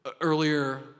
Earlier